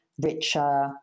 richer